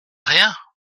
rien